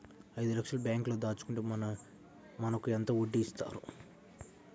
ఐదు లక్షల బ్యాంక్లో దాచుకుంటే మనకు ఎంత వడ్డీ ఇస్తారు?